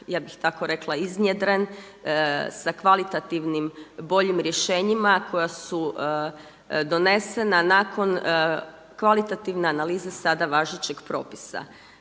ja bih tako rekla iznjedren sa kvalitativnim boljim rješenjima koja su donesena nakon kvalitativne analize sada važećeg propisa.